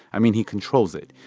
i mean, he controls it,